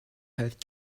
had